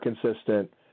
consistent